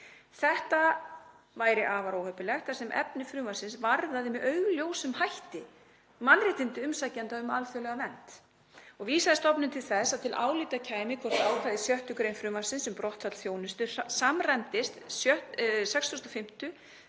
Þetta væri afar óheppilegt þar sem efni frumvarpsins varðaði með augljósum hætti mannréttindi umsækjenda um alþjóðlega vernd og vísaði stofnunin til þess að til álita kæmi hvort ákvæði í 6. gr. frumvarpsins um brottfall þjónustu samræmdist 65.,